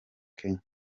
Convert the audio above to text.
kenya